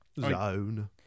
zone